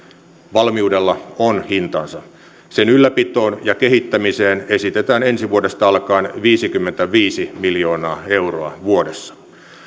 valmiudella on hintansa sen ylläpitoon ja kehittämiseen esitetään ensi vuodesta alkaen viisikymmentäviisi miljoonaa euroa vuodessa